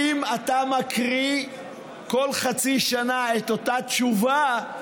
אם אתה מקריא כל חצי שנה את אותה תשובה,